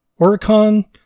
Oricon